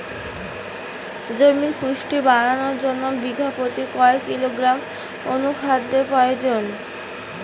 জমির পুষ্টি বাড়ানোর জন্য বিঘা প্রতি কয় কিলোগ্রাম অণু খাদ্যের প্রয়োজন?